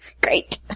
Great